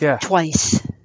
twice